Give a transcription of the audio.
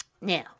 now